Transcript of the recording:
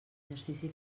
exercici